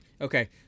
Okay